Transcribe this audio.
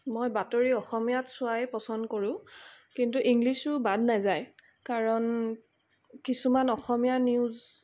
মই বাতৰি অসমীয়াত চোৱাই পচন্দ কৰোঁ কিন্তু ইংলিছো বাদ নাযায় কাৰণ কিছুমান অসমীয়া নিউজ